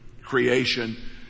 creation